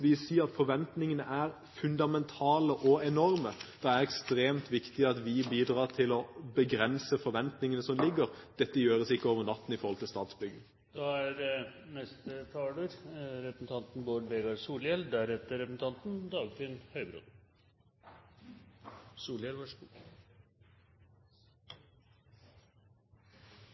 at forventningene er fundamentale og enorme. Det er ekstremt viktig at vi bidrar til å begrense forventningene som ligger der. Dette gjøres ikke over natten når det gjelder statsbygging.